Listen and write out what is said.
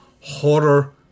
horror